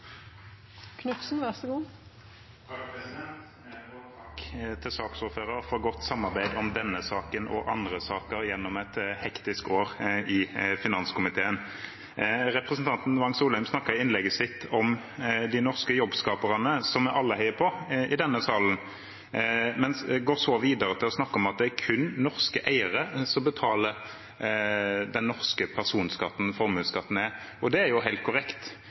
andre saker gjennom et hektisk år i finanskomiteen. Representanten Wang Soleim snakket i innlegget sitt om de norske jobbskaperne, som vi alle i denne salen heier på, men gikk så videre til å snakke om at det kun er norske eiere som betaler den norske personskatten formuesskatten er. Det er helt korrekt.